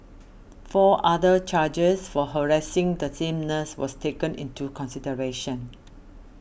four other charges for harassing the same nurse was taken into consideration